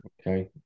Okay